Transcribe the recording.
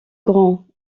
grands